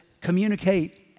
communicate